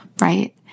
right